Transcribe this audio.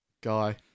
guy